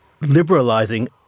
liberalizing